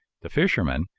the fisherman,